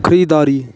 खरीदारी